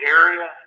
area